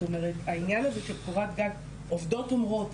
זאת אומרת העניין הזה של קורת גג עובדות אומרות,